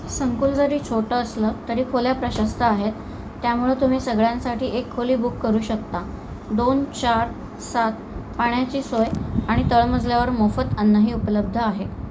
संकुल जरी छोटं असलं तरी खोल्या प्रशस्त आहेत त्यामुळं तुम्ही सगळ्यांसाठी एक खोली बुक करू शकता दोन चार सात पाण्याची सोय आणि तळमजल्यावर मोफत अन्नही उपलब्ध आहे